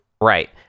Right